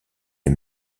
des